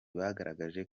bagaragaje